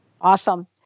Awesome